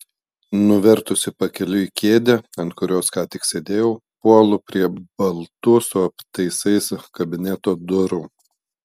nuvertusi pakeliui kėdę ant kurios ką tik sėdėjau puolu prie baltų su aptaisais kabineto durų